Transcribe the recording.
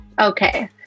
Okay